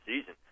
season